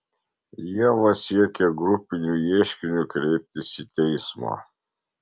ieva siekia grupiniu ieškiniu kreiptis į teismą